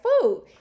food